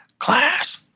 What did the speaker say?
class!